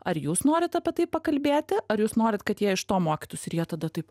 ar jūs norit apie tai pakalbėti ar jūs norit kad jie iš to mokytųsi ir jie tada taip